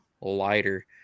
lighter